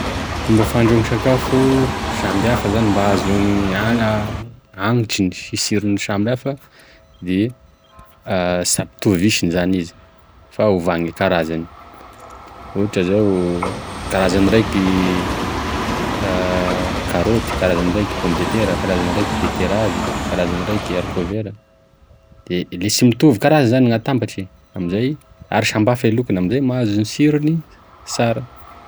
Fomba fandrahoa sakafo sambihafa zany mba ahazoany hagn- hagnitriny tsirony sambihafa de sy ampitovisiny zany izy fa ova gne karazany, ohatra zao karazany raiky karoty, karazany raiky pomme detera, karazany raiky beteravy, karazany raiky harikô vera, le sy mitovy karaza zany gn'atambatry amizay ary samihafa e lokony amizay mahazo sirony sara.